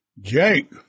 Jake